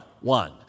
one